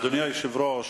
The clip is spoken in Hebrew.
אדוני היושב-ראש,